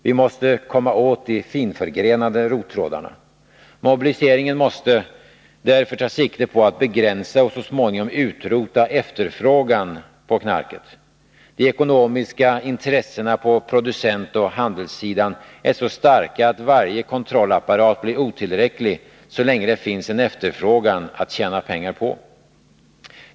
Vi måste komma åt de finförgrenade rottrådarna. Mobiliseringen måste därför ta sikte på att begränsa och så småningom utrota efterfrågan på knarket. De ekonomiska intressena på producentoch handelssidan är så starka att varje kontrollapparat blir otillräcklig så länge det finns en efterfrågan att tjäna pengar på.